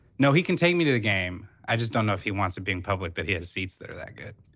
no, he can take me to the game. i just don't know if he wants it being public that he had seats that are that good.